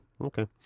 Okay